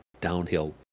downhill